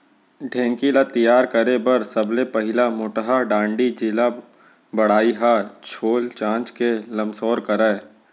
ढेंकी ल तियार करे बर सबले पहिली मोटहा डांड़ी जेला बढ़ई ह छोल चांच के लमसोर करय